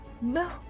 No